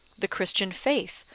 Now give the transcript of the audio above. the christian faith,